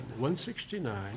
169